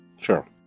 Sure